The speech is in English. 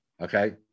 Okay